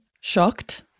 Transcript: shocked